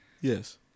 Yes